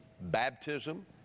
baptism